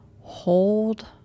Hold